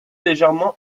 légèrement